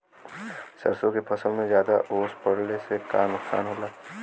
सरसों के फसल मे ज्यादा ओस पड़ले से का नुकसान होला?